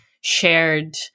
shared